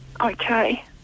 Okay